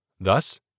Thus